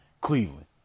Cleveland